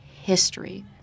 history